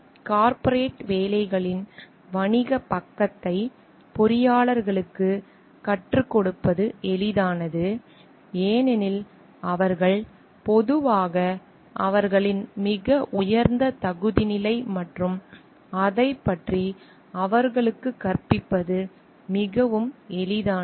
corporate வேலைகளின் வணிகப் பக்கத்தை பொறியாளர்களுக்குக் கற்றுக்கொடுப்பது எளிதானது ஏனெனில் அவர்கள் பொதுவாக அவர்களின் மிக உயர்ந்த தகுதி நிலை மற்றும் அதைப் பற்றி அவர்களுக்குக் கற்பிப்பது மிகவும் எளிதானது